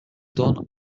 done